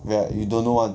ya you don't know [one]